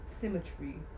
symmetry